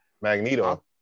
Magneto